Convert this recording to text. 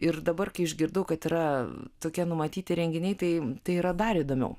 ir dabar kai išgirdau kad yra tokie numatyti renginiai tai yra dar įdomiau